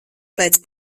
pēc